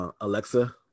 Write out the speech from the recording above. Alexa